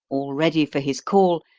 all ready for his call,